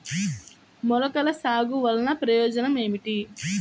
మొలకల సాగు వలన ప్రయోజనం ఏమిటీ?